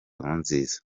nkurunziza